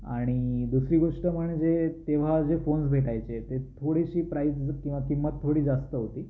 आणि दुसरी गोष्ट म्हणजे तेव्हा जे फोन भेटायचे ते थोडीशी प्राईस किंवा किंमत थोडी जास्त होती